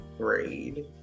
grade